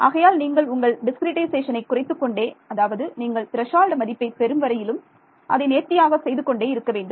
ஆகையால் நீங்கள் உங்கள் டிஸ்கிரிட்டைசேஷனை குறைத்துக்கொண்டே அதாவது நீங்கள் த்ரசோல்டு மதிப்பை பெறும் வரையிலும் அதை நேர்த்தியாக செய்து கொண்டே இருக்க வேண்டும்